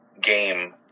game